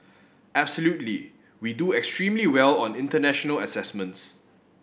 absolutely we do extremely well on international assessments